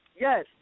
Yes